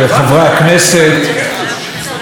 שאמר שיש לנו מדינה מגניבה,